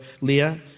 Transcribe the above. Leah